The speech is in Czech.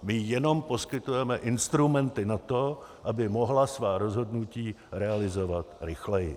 My jenom poskytujeme instrumenty na to, aby mohla svá rozhodnutí realizovat rychleji.